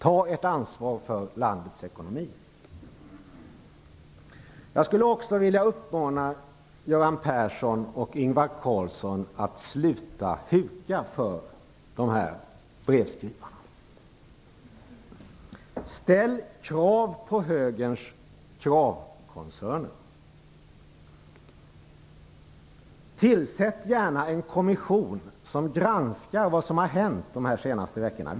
Ta ert ansvar för landets ekonomi! Jag skulle också vilja uppmana Göran Persson och Ingvar Carlsson att sluta huka för dessa brevskrivare. Ställ krav på högerns kravkoncerner! Tillsätt gärna en kommission som granskar vad som har hänt de senaste veckorna.